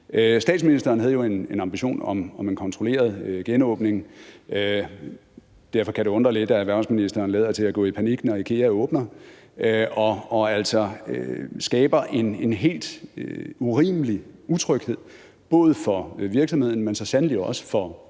Statsministeren havde jo en ambition om en kontrolleret genåbning. Derfor kan det undre lidt, at erhvervsministeren lader til at gå i panik, når IKEA åbner, og altså skaber en helt urimelig utryghed, både for virksomheden, men så